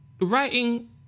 writing